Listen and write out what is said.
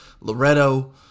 Loretto